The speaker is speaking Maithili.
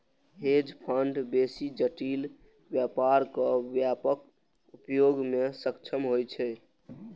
हेज फंड बेसी जटिल व्यापारक व्यापक उपयोग मे सक्षम होइ छै